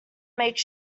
make